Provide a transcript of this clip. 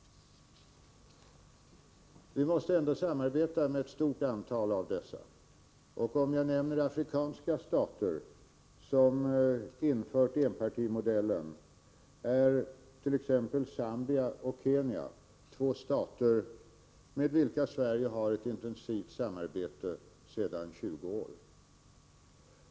Vi måste ändå samarbeta med ett stort antal av dessa. Om jag nämner afrikanska stater som infört enpartimodellen, är t.ex. Zambia och Kenya två stater med vilka Sverige har ett intensivt samarbete sedan 20 år.